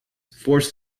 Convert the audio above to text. forced